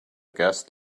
guest